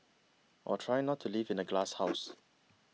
or try not to live in a glasshouse